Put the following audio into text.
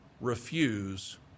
refuse